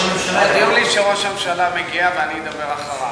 אבל הודיעו לי שראש הממשלה מגיע ואני אדבר אחריו.